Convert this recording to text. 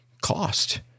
Cost